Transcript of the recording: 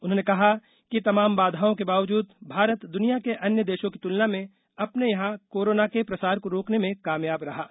उन्होंने कहा कि तमाम बाधाओं के बावजूद भारत दुनिया के अन्य देशों की तुलना में अपने यहां कोरोना के प्रसार को रोकने में कामयाब रहा है